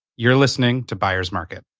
you're listening to byers market.